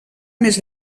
més